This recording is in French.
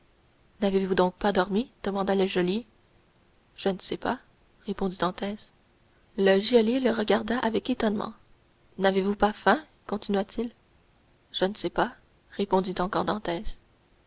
n'avez-vous donc pas dormi demanda le geôlier je ne sais pas répondit dantès le geôlier le regarda avec étonnement n'avez-vous pas faim continua-t-il je ne sais pas répondit encore